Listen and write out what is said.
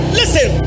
listen